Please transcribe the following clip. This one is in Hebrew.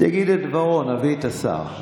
יגיד את דברו, נביא את השר.